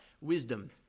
wisdom